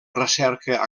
recerca